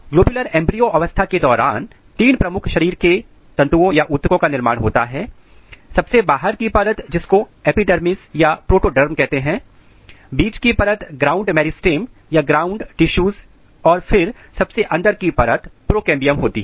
globular embryo अवस्था के दौरान तीन प्रमुख शरीर के तंतुओं का निर्माण होता है सबसे बाहर की परत जिसको एपिडर्मिस या प्रोटोडर्म कहते हैं बीच की परत ग्राउंड मेरिस्टेम या ग्राउंड टिशूज और फिर सबसे अंदर की परत प्रोकेंबियम होती है